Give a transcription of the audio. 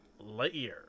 Lightyear